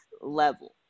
level